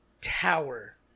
Tower